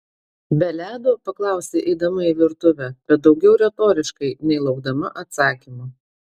be ledo paklausė eidama į virtuvę bet daugiau retoriškai nei laukdama atsakymo